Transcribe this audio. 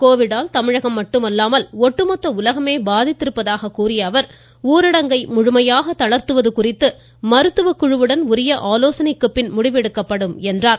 கோவிட்டால் தமிழகம் மட்டுமல்லாமல் ஒட்டு மொத்த உலகமே பாதித்திருப்பதாக கூறிய அவர் ஊரடங்கை முழுமையாக தளர்த்துவது குறித்து மருத்துவக்குழுவுடன் உரிய ஆலோசனைக்குப் பிறகு முடிவெடுக்கப்படும் என்றார்